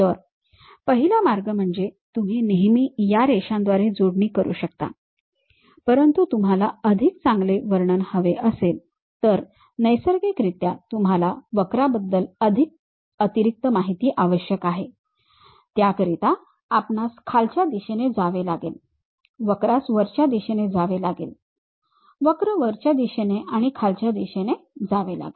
तर पहिला मार्ग म्हणजे तुम्ही नेहमी रेषांद्वारे जोडणी करू शकता परंतु तुम्हाला अधिक चांगले वर्णन हवे असेल तर नैसर्गिकरित्या तुम्हाला वक्राबद्दल अतिरिक्त माहिती आवश्यक आहे त्याकरिता आपणास खालच्या दिशेने जावे लागेल वक्रास वरच्या दिशेने जावे लागेल वक्र वरच्या दिशेने आणि खालच्या दिशेने जावे लागेल